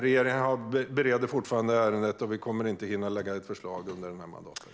Regeringen bereder fortfarande ärendet, men vi kommer inte att hinna lägga fram ett förslag under denna mandatperiod.